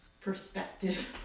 perspective